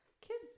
kids